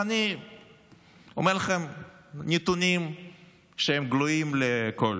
ואני אומר לכם נתונים שהם גלויים לכול,